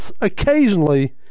Occasionally